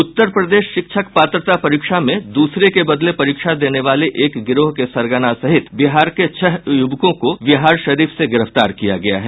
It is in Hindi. उत्तर प्रदेश शिक्षक पात्रता परीक्षा में दूसरे के बदले परीक्षा देने वाले एक गिरोह के सरगना सहित बिहार के छह युवकों को बिहारशरीफ से गिरफ्तार किया गया है